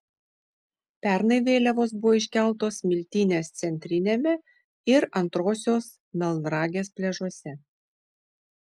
pernai vėliavos buvo iškeltos smiltynės centriniame ir antrosios melnragės pliažuose